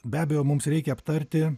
be abejo mums reikia aptarti